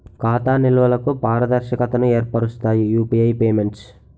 ఖాతా నిల్వలకు పారదర్శకతను ఏర్పరుస్తాయి యూపీఐ పేమెంట్స్